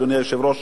אדוני היושב-ראש,